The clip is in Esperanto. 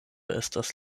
estas